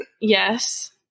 Yes